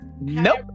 Nope